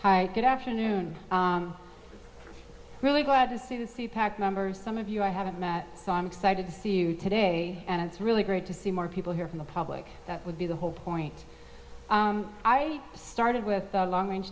hi good afternoon really glad to see packed members some of you i haven't met so i'm excited to see you today and it's really great to see more people here from the public that would be the whole point i started with the long range